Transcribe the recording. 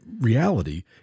reality